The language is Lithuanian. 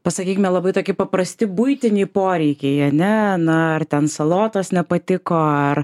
pasakykime labai toki paprasti buitiniai poreikiai ane na ar ten salotos nepatiko ar